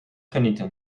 genieten